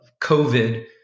COVID